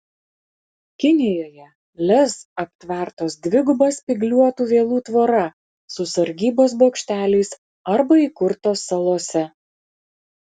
kinijoje lez aptvertos dviguba spygliuotų vielų tvora su sargybos bokšteliais arba įkurtos salose